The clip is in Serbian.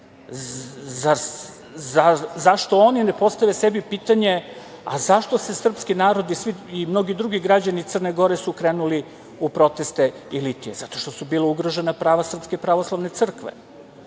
Zašto oni ne postave sebi pitanje – a zašto je srpski narod i mnogi drugi građani Crne Gore krenuli u proteste i litije? Zato što su ugrožena prava Srpske pravoslavne crkve.